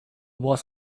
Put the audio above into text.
was